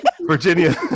Virginia